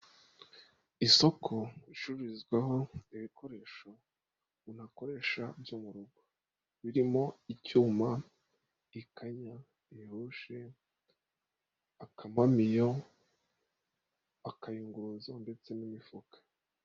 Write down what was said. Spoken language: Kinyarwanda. Isoko ricururizwaho ibikoresho, umuntu akoresha byo mu rugo, birimo icyuma, ikanya, irushe, akamamiyo, akayunguza ndetse n'imifuka.